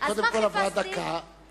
קודם כול, עברה דקה.